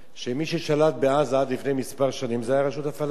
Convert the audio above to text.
שמי ששלט בעזה עד לפני כמה שנים זו היתה הרשות הפלסטינית.